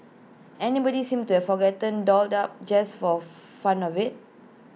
anybody seemed to have forgotten dolled up just for fun of IT